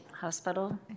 hospital